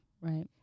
Right